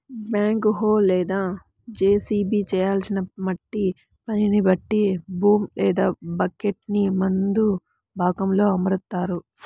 back హో లేదా JCB చేయాల్సిన మట్టి పనిని బట్టి బూమ్ లేదా బకెట్టుని ముందు భాగంలో అమరుత్తారు